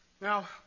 Now